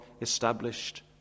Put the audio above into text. established